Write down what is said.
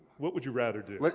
what would you rather do? like